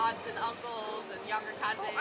and uncles, and younger cousin